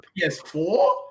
PS4